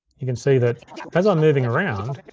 you can see that as i'm moving around,